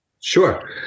Sure